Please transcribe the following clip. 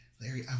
Larry